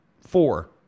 Four